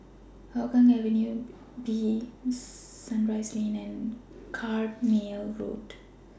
Hougang Avenue B Sunrise Lane and Carpmael Road